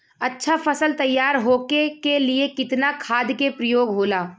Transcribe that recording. अच्छा फसल तैयार होके के लिए कितना खाद के प्रयोग होला?